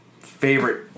favorite